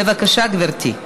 בבקשה, גברתי.